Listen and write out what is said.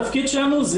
התפקיד שלנו,